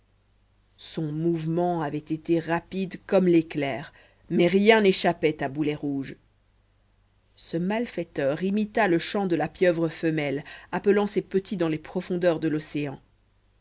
son mouvement avait été rapide comme l'éclair mais rien n'échappait à boulet rouge ce malfaiteur imita le chant de la pieuvre femelle appelant ses petits dans les profondeurs de l'océan